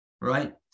right